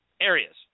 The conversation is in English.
areas